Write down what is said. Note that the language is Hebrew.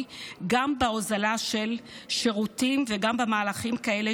גם בהוזלה של שירותים וגם במהלכים כאלה,